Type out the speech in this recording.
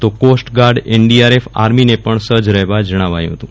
તો coast guard NDRF આર્મીને પણ સજ્જ રહેવા જણાવ્યું હતું